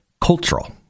cultural